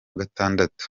gatandatu